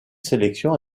sélection